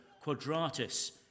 Quadratus